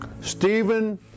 Stephen